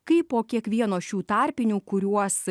kai po kiekvieno šių tarpinių kuriuos